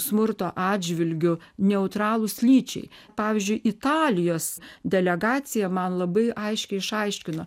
smurto atžvilgiu neutralūs lyčiai pavyzdžiui italijos delegacija man labai aiškiai išaiškino